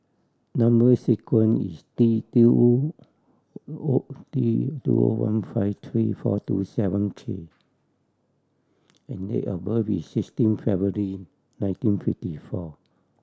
number sequence is T T O O T T O one five three four two seven K and date of birth is sixteen February nineteen fifty four